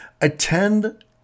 attend